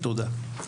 תודה.